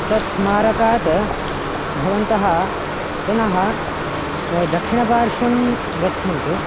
तत् स्मारकात् भवन्तः पुनः दक्षिणपार्श्वं गच्छन्तु